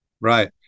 Right